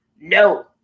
no